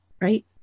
right